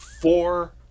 four